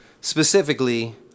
specifically